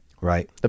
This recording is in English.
Right